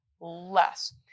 less